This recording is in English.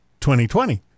2020